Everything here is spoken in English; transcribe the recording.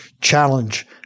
challenge